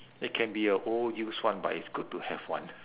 it can be a old used one but it's good to have one